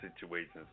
situations